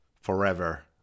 Forever